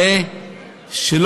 זה שכר מבזה,